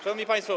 Szanowni Państwo!